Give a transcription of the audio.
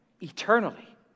eternally